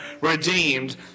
redeemed